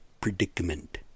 predicament